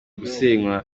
gusenywa